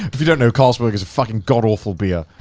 if you don't know, carlsberg is fucking god awful beer.